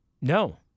No